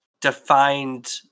defined